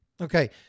Okay